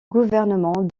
gouvernement